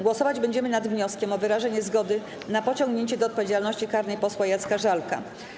Głosować będziemy nad wnioskiem o wyrażenie zgody na pociągnięcie do odpowiedzialności karnej posła Jacka Żalka.